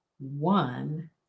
one